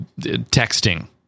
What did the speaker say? texting